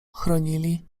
chronili